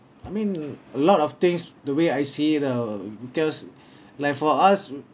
I mean a lot of things the way I see it ah because like for us